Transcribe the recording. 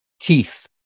teeth